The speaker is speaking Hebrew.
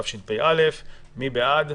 התשפ"א 2021. מי בעד?